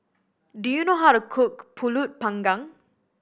do you know how to cook Pulut Panggang